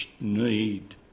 need